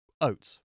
oats